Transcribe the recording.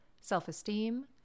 self-esteem